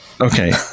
Okay